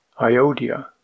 Iodia